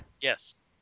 Yes